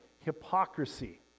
hypocrisy